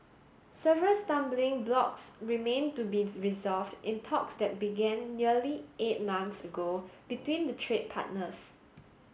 several stumbling blocks remain to be resolved in talks that began nearly eight months ago between the trade partners